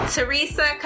Teresa